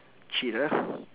cheat ah